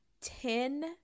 ten